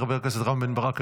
חבר הכנסת רם בן ברק,